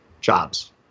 jobs